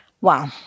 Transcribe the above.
Wow